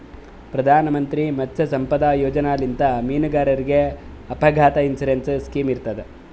ಪ್ರಧಾನ್ ಮಂತ್ರಿ ಮತ್ಸ್ಯ ಸಂಪದಾ ಯೋಜನೆಲಿಂತ್ ಮೀನುಗಾರರಿಗ್ ಅಪಘಾತ್ ಇನ್ಸೂರೆನ್ಸ್ ಸ್ಕಿಮ್ ಇರ್ತದ್